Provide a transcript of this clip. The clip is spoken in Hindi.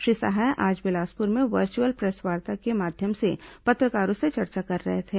श्री सहाय आज बिलासपुर में वर्चुअल प्रेसवार्ता के माध्यम से पत्रकारों से चर्चा कर रहे थे